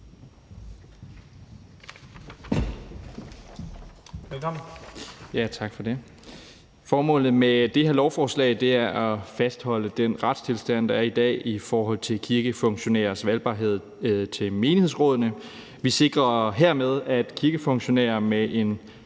Mikkel Bjørn (DF): Tak for det. Formålet med det her lovforslag er at fastholde den retstilstand, der er i dag i forhold til kirkefunktionærers valgbarhed til menighedsrådene. Vi sikrer hermed, at kirkefunktionærer med en